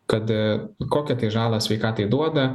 kad kokią tai žalą sveikatai duoda